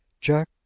Jack